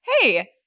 hey